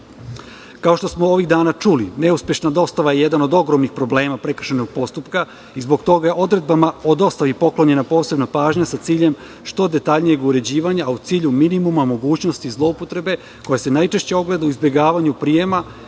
što smo ovih dana čuli, neuspešna dostava je jedan od ogromnih problema prekršajnog postupka i zbog toga je odredbama o dostavi poklonjena posebna pažnja sa ciljem što detaljnijeg uređivanja, a u cilju minimuma mogućnosti zloupotrebe, koja se najčešće ogleda u izbegavanju prijema